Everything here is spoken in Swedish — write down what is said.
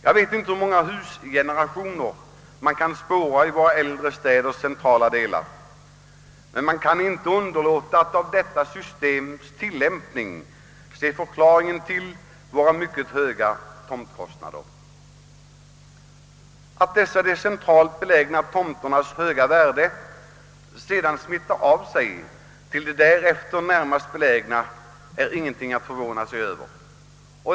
Jag vet inte hur många husgenerationer man kan spåra i våra äldre städers centrala delar, men man kan inte underlåta att i detta systems tillämpning se förklaringen till våra mycket höga tomtkostnader. Att dessa centralt belägna tomters höga värde sedan smittar av sig på de därefter närmast belägna är ingenting att förvåna sig över.